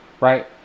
Right